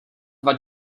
dva